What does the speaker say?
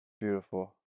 beautiful